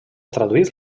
traduït